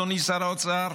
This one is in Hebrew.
אדוני שר האוצר?